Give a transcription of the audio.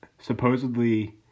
Supposedly